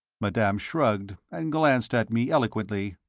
madame shrugged and glanced at me eloquently.